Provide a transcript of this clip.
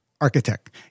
architect